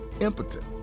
impotent